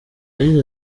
yagize